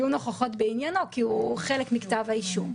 הדיונים המהותיים במעצר עד תום הליכים,